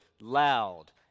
loud